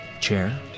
chair